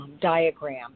diagram